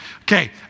Okay